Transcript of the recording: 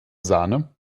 sahne